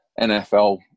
NFL